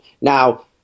Now